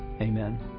amen